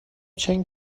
چند